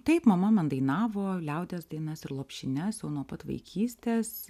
taip mama man dainavo liaudies dainas ir lopšines o nuo pat vaikystės